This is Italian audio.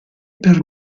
per